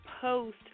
post